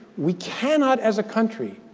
we cannot, as a country,